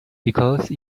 because